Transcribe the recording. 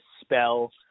spell